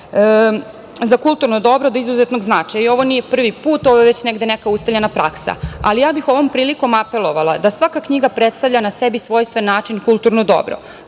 za kulturna dobra od izuzetnog značaja i ovo nije prvi put, ovo je već neka ustaljena praksa. Ovom prilikom bih apelovala da svaka knjiga predstavlja na sebi svojstven način kulturno dobro.